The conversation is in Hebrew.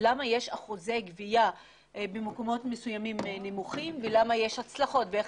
גם מרכז גבייה ארצית, וגם